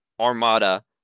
armada